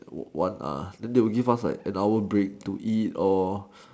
wo~ one ah then they will give us like an hour break to eat or